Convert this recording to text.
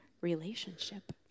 relationship